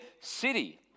city